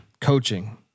coaching